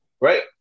right